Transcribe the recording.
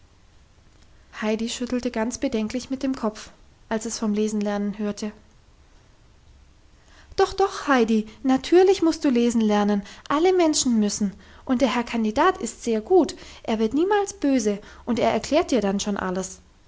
heidi schüttelte ganz bedenklich mit dem kopf als es vom lesenlernen hörte doch doch heidi natürlich musst du lesen lernen alle menschen müssen und der herr kandidat ist sehr gut er wird niemals böse und er erklärt dir dann schon alles